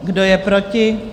Kdo je proti?